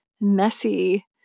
messy